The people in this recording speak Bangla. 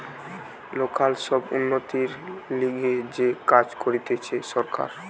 লোকাল সব উন্নতির লিগে যে কাজ করতিছে সরকার